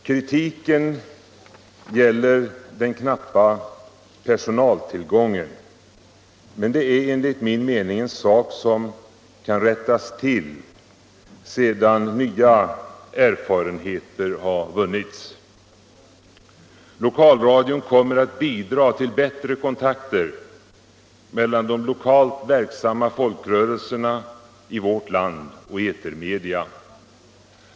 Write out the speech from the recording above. Kritiken gäller den knappa personaltillgången, men det är enligt min mening en sak som kan rättas till sedan nya erfarenheter har vunnits. Lokalradion kommer att bidra till bättre kontakter mellan de lokalt verksamma folkrörelserna i vårt land och etermedia.